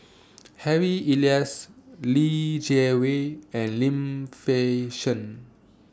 Harry Elias Li Jiawei and Lim Fei Shen